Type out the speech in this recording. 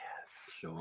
yes